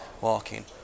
walking